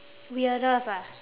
weirdest ah